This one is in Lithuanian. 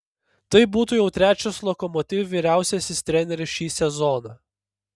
tai būtų jau trečias lokomotiv vyriausiasis treneris šį sezoną